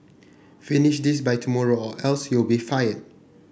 finish this by tomorrow or else you'll be fired